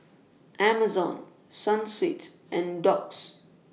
Amazon Sunsweet and Doux